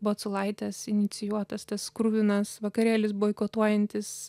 boculaitės inicijuotas tas kruvinas vakarėlis boikotuojantis